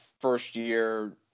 first-year